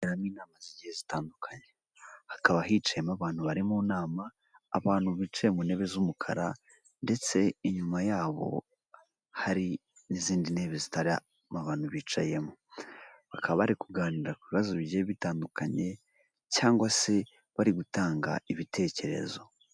Zitandukanye hakaba hicayemo abantu bari mu nama abantu bicaye mu ntebe z'umukara ndetse inyuma yabo hari n'izindi ntebe zitarimo abantu bicayemo ,bakaba bari kuganira ku bibazo bigiye bitandukanye cyangwa se bari gutanga ibitekerezo.